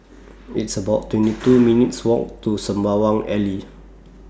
It's about twenty two minutes' Walk to Sembawang Alley